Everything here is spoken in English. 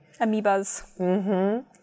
amoebas